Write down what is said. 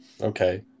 Okay